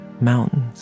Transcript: mountains